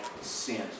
sin